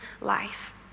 life